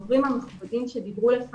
איזשהו פער בין הדוברים מכובדים שדיברו לפני.